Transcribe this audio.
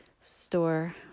Store